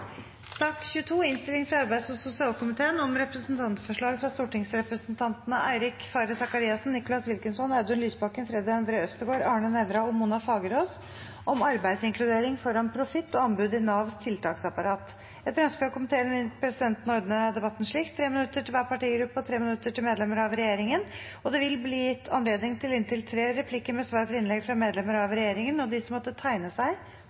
sak nr. 15. Etter forslag fra arbeids- og sosialkomiteen vil presidenten ordne debatten slik: 3 minutter til hver partigruppe og 3 minutter til medlemmer av regjeringen. Videre vil det – innenfor den fordelte taletid – bli gitt anledning til inntil tre replikker med svar etter innlegg fra medlemmer av regjeringen, og de som måtte tegne seg